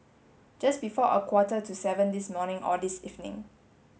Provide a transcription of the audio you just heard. just before a quarter to seven this morning or this evening